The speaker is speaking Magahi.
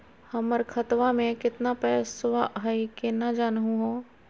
हमर खतवा मे केतना पैसवा हई, केना जानहु हो?